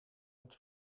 het